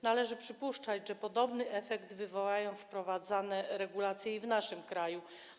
Należy przypuszczać, że podobny efekt wywołają wprowadzane regulacje i w naszym kraju.